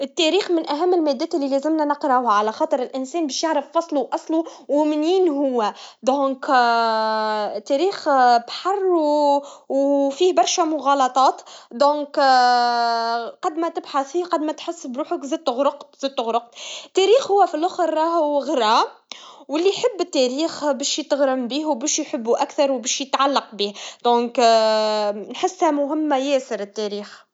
دراسة التاريخ مهمّة برشة لأنها تعلمنا من أخطاء الماضي وتساعدنا نفهموا التغيرات الاجتماعية والسياسية. إذا ما درسناش التاريخ، نكونوا عرضة لارتكاب نفس الأخطاء مرّات ثانية. التاريخ يعطينا دروس حول التحديات والأزمات وكيفية التغلّب عليها. هو أساس بناء وعي جماعي قوي وواعي.